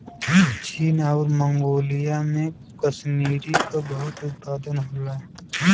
चीन आउर मन्गोलिया में कसमीरी क बहुत उत्पादन होला